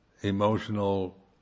emotional